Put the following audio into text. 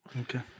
Okay